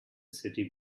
city